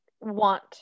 want